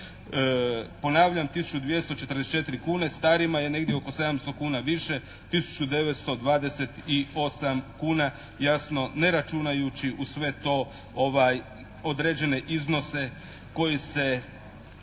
Ponavljam 1244 kune, starima je negdje oko 700 kuna više, 1928 kuna. Jasno ne računajući uz sve to određene iznose koji se